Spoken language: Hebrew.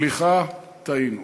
סליחה, טעינו?